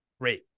Great